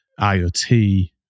IoT